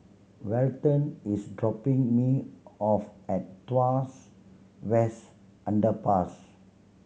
Welton is dropping me off at Tuas West Underpass